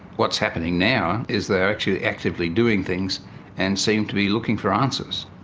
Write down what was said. what's happening now is they are actually actively doing things and seem to be looking for answers.